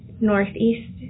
Northeast